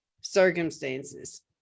circumstances